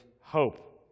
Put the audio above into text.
hope